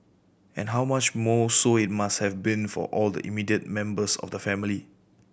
and how much more so it must have been for all the immediate members of the family